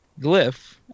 Glyph